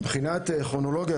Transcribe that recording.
מבחינת כרונולוגיה,